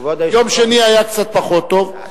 יום שני היה קצת פחות טוב,